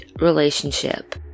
relationship